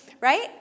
Right